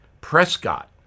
Prescott